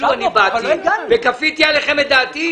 כאילו אני באתי וכפיתי עליהם את דעתי.